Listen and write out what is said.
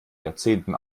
jahrzehnten